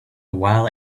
while